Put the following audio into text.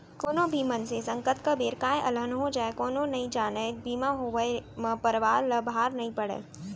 कोनो भी मनसे संग कतका बेर काय अलहन हो जाय कोनो नइ जानय बीमा होवब म परवार ल भार नइ पड़य